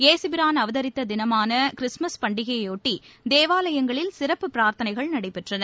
ஏசுபிரான் அவதரித்த தினமாக கிறிஸ்துமஸ் பண்டிகையையாட்டி தேவாலயங்களில் சிறப்பு பிரார்த்தனைகள் நடைபெற்றன